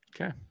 okay